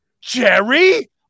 Jerry